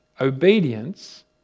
Obedience